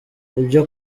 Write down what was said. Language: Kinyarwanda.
ibyo